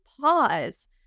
pause